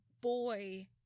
boy